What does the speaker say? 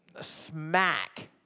smack